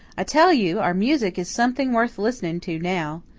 i tell you, our music is something worth listening to now.